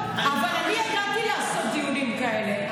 אבל אני ידעתי לעשות דיונים כאלה.